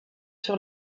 sur